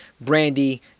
Brandy